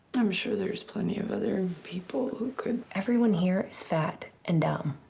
i'm sure there's plenty of other people who could. everyone here is fat and dumb.